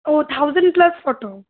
O thousand plus photo